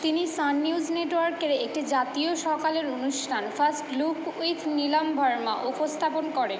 তিনি Sun News নেটওয়ার্কের একটি জাতীয় সকালের অনুষ্ঠান first look with Neelam Verma উপস্থাপন করেন